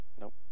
Nope